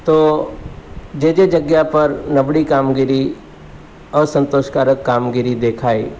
તો જે જે જગ્યા પર નબળી કામગીરી અસંતોષકારક કામગીરી દેખાય